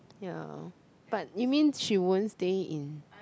ya but you mean she won't stay in